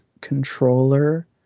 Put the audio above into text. Controller